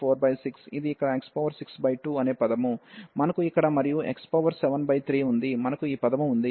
ఇప్పుడు ఇది 5x46 ఇది ఇక్కడ x62 అనే పదము మనకు ఇక్కడ మరియు x73ఉంది మనకు ఈ పదము ఉంది